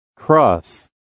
Cross